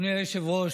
אדוני היושב-ראש,